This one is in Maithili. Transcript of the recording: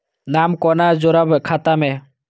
नाम कोना जोरब खाता मे